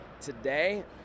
Today